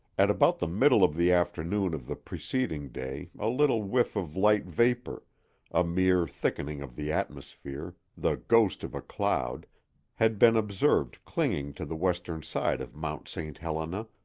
at about the middle of the afternoon of the preceding day a little whiff of light vapor a mere thickening of the atmosphere, the ghost of a cloud had been observed clinging to the western side of mount st. helena,